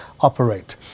operate